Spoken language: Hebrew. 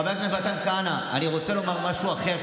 חבר הכנסת מתן כהנא, אני רוצה לומר משהו אחר.